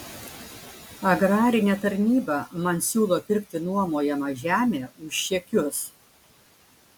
agrarinė tarnyba man siūlo pirkti nuomojamą žemę už čekius